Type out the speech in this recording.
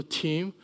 team